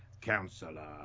Councillor